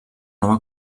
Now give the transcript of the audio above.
nova